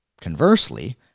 conversely